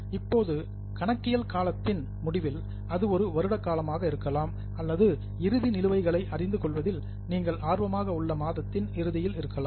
இப்போது கணக்கியல் காலத்தின் முடிவில் அது ஒரு வருடம் இருக்கலாம் அல்லது இறுதி நிலுவைகளை அறிந்து கொள்வதில் நீங்கள் ஆர்வமாக உள்ள மாதத்தின் இறுதியில் இருக்கலாம்